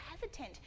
hesitant